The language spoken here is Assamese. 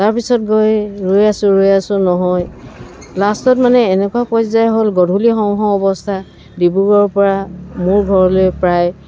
তাৰপিছত গৈ ৰৈ আছোঁ ৰৈ আছোঁ নহয় লাষ্টত মানে এনেকুৱা পৰ্যায় হ'ল গধূলি হওঁ হওঁ অৱস্থা ডিব্ৰুগড়ৰ পৰা মোৰ ঘৰলৈ প্ৰায়